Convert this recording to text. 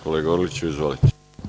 Kolega Orliću, izvolite.